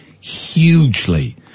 hugely